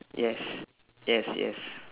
yes yes yes